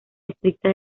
estricta